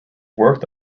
worked